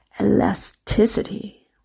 elasticity